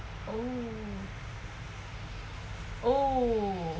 mm oh